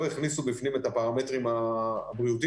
הכניסו בפנים את הפרמטרים הבריאותיים,